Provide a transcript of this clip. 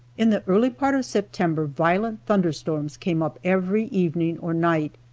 in the early part of september violent thunderstorms came up every evening or night,